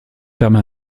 permet